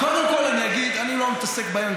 אני לא מתעסק בהם,